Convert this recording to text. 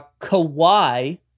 Kawhi